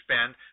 spend